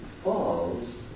falls